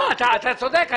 אתה צודק.